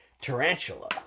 tarantula